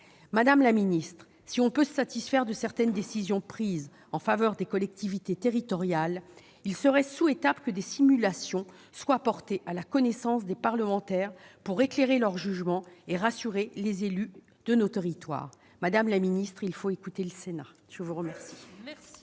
Madame la ministre, si l'on peut se satisfaire de certaines décisions prises en faveur des collectivités territoriales, il serait souhaitable que des simulations soient portées à la connaissance des parlementaires pour éclairer leur jugement et rassurer les élus de nos territoires. Madame la ministre, il faut écouter le Sénat ! La parole